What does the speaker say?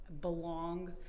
belong